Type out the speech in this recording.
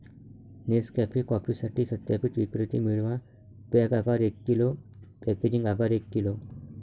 Nescafe कॉफीसाठी सत्यापित विक्रेते मिळवा, पॅक आकार एक किलो, पॅकेजिंग आकार एक किलो